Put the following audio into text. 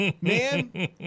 Man